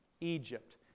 Egypt